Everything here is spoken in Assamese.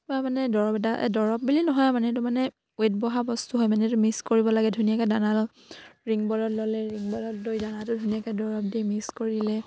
বা মানে দৰৱ এটা দৰৱ বুলি নহয় মানেতো মানে ৱেট বঢ়া বস্তু হয় মানে এইটো মিক্স কৰিব লাগে ধুনীয়াকে দানা লওঁ ৰিং বলত ল'লে ৰিং বলত দৈ দানাটো ধুনীয়াকে দৰৱ দি মিক্স কৰিলে